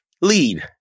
lead